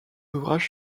ouvrage